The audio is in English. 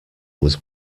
was